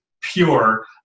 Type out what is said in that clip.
pure